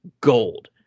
gold